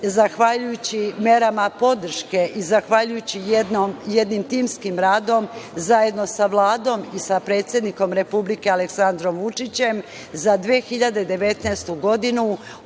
zahvaljujući merama podrške i zahvaljujući jednom timskom radu, zajedno sa Vladom i sa predsednikom Republike Aleksandrom Vučićem, za 2019. godinu